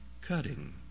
cutting